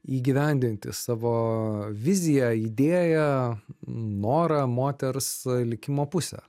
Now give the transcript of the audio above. įgyvendinti savo viziją idėją norą moters likimo pusę